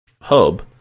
hub